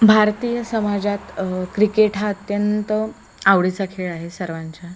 भारतीय समाजात क्रिकेट हा अत्यंत आवडीचा खेळ आहे सर्वांच्या